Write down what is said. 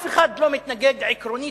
אף אחד לא מתנגד עקרונית,